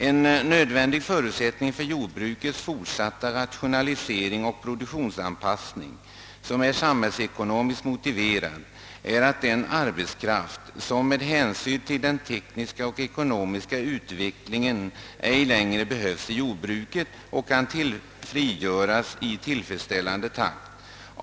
»En nödvändig förutsättning för jordbrukets fortsatta rationalisering och den produktionsanpassning, som är samhällsekonomiskt moti verad, är att den arbetskraft, som med hänsyn till den tekniska och ekonomiska utvecklingen inte längre behövs i jordbruket, kan frigöras i tillfredsställande takt.